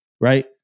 Right